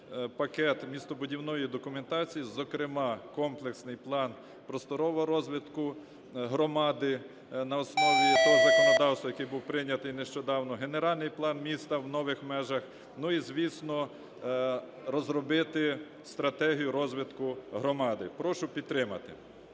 пакет містобудівної документації, зокрема комплексний план просторового розвитку громади на основі того законодавства, яке було прийнято нещодавно, генеральний план міста в нових і, звісно, розробити стратегію розвитку громади. Прошу підтримати.